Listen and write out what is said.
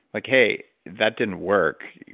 like, hey, that didn't work.